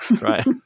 Right